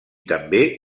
també